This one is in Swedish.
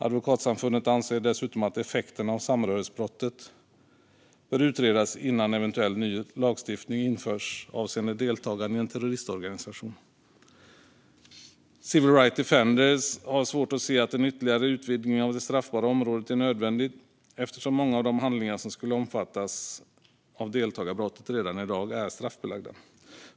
Advokatsamfundet anser dessutom att effekterna av samröresbrottet bör utredas innan eventuell ny lagstiftning införs avseende deltagande i en terroristorganisation. Civil Rights Defenders har svårt att se att en ytterligare utvidgning av det straffbara området är nödvändig eftersom många av de handlingar som skulle omfattas av deltagarbrottet redan i dag är straffbelagda.